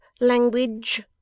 language